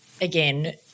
again